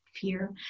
fear